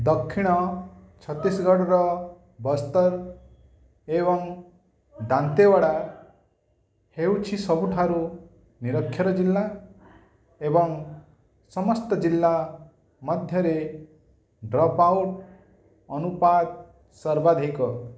ଦକ୍ଷିଣ ଛତିଶଗଡ଼ର ବସ୍ତର ଏବଂ ଦାନ୍ତେୱାଡ଼ା ହେଉଛି ସବୁଠାରୁ ନିରକ୍ଷର ଜିଲ୍ଲା ଏବଂ ସମସ୍ତ ଜିଲ୍ଲା ମଧ୍ୟରେ ଡ୍ରପ୍ ଆଉଟ୍ ଅନୁପାତ ସର୍ବାଧିକ